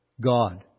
God